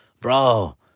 Bro